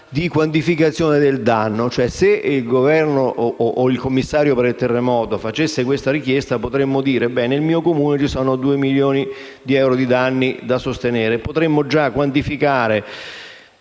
di quantificazione del danno. Se il Governo o il commissario per il terremoto mi rivolgessero questa richiesta, potremmo dire - ad esempio - che nel mio Comune ci sono 2 milioni di euro di danni da sostenere. Potremmo già quantificare